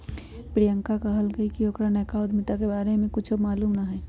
प्रियंका कहलकई कि ओकरा नयका उधमिता के बारे में कुछो मालूम न हई